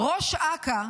ראש אכ"א,